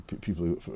people